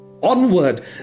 Onward